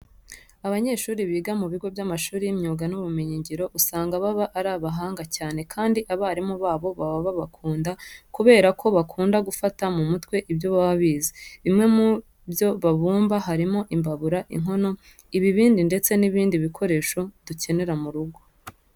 Abanyeshuri biga mu bigo by'amashuri y'imyuga n'ubumenyingiro usanga baba ari abahanga cyane kandi abarimu babo baba babakunda kubera ko bakunda gufata mu mutwe ibyo baba bize. Bimwe mu byo babumba harimo imbabura, inkono, ibibindi ndetse n'ibindi bikoresho dukenera mu rugo.